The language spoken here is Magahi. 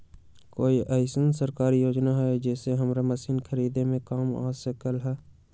कोइ अईसन सरकारी योजना हई जे हमरा मशीन खरीदे में काम आ सकलक ह?